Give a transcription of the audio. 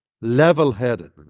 level-headed